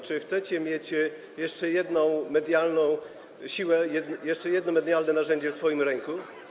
Czy chcecie mieć jeszcze jedną medialną siłę, jeszcze jedno medialne narzędzie w swoim ręku?